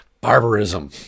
barbarism